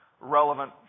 Relevant